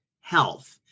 health